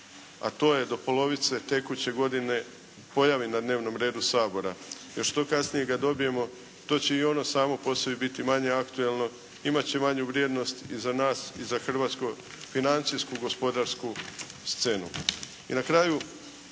a to je do polovice tekuće godine pojavi na dnevnom redu Sabora jer što kasnije ga dobijemo to će i ono samo po sebi biti manje aktualno, imat će manju vrijednost i za nas i za hrvatsku financijsku gospodarsku scenu.